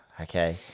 Okay